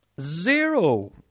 Zero